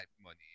money